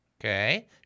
Okay